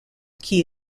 qui